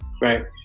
right